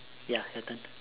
ya your turn